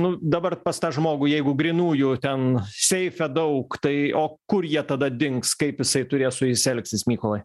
nu dabar pas tą žmogų jeigu grynųjų ten seife daug tai o kur jie tada dings kaip jisai turės su jais elgsis mykolai